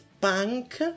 punk